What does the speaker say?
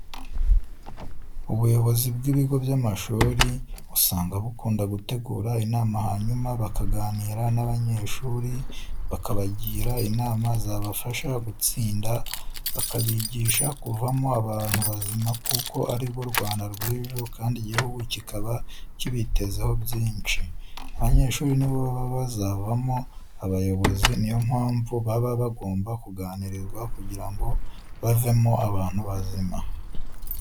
Ubuyobozi bw'ibigo by'amashuri usanga bukunda gutegura inama hanyuma bakaganira n'abanyeshuri, bakabagira inama zabafasha gutsinda, bakabigisha kuvamo abantu bazima kuko ari bo Rwanda rw'ejo kandi igihugu kikaba kibitezeho byinshi. Abanyeshuri ni bo baba bazavamo abayobozi, niyo mpamvu baba bagomba kuganirizwa kugira ngo bavemo abantu bazima.